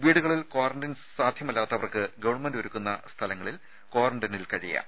വീടുകളിൽ ക്വാറന്റൈൻ സാധ്യമല്ലാത്തവർക്ക് ഗവൺമെന്റ് ഒരുക്കുന്ന സ്ഥലങ്ങളിൽ ക്വാറന്റൈനിൽ കഴിയാം